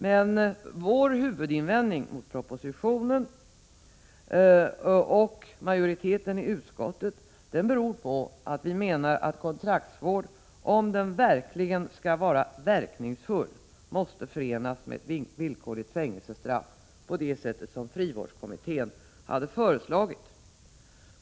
Men vår huvudinvändning mot propositionen och mot majoriteten i utskottet beror på att vi menar att kontraktsvård, om den skall vara verkningsfull, måste förenas med ett villkorligt fängelsestraff på det sätt som frivårdskommittén föreslagit.